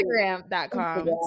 instagram.com